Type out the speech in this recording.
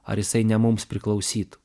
ar jisai ne mums priklausytų